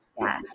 Yes